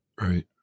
Right